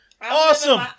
awesome